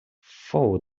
fou